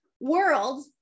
world